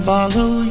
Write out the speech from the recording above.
Follow